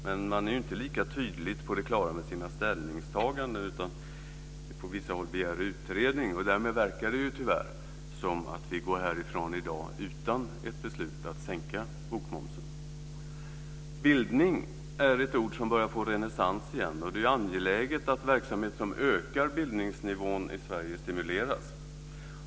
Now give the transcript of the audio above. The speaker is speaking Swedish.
Men man är inte lika tydligt på det klara med sina ställningstaganden, utan begär på vissa håll utredning. Därmed verkar det tyvärr som om vi kommer att gå härifrån i dag utan ett beslut att sänka bokmomsen. Bildning är ett ord som börjar få renässans igen. Det är angeläget att verksamhet som ökar bildningsnivån i Sverige stimuleras.